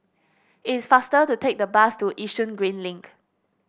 it's faster to take the bus to Yishun Green Link